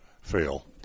fail